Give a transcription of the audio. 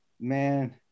man